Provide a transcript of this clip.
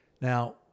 now